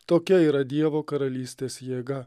tokia yra dievo karalystės jėga